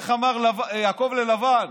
יעקב ללבן: